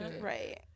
right